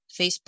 Facebook